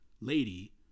lady